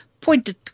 pointed